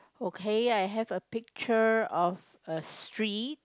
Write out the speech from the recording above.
okay I have a picture of a street